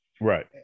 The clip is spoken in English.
Right